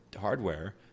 hardware